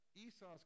Esau's